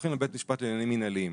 שהולכים לבית משפט לעניינים מנהליים.